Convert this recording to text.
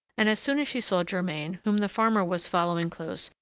and as soon as she saw germain, whom the farmer was following close,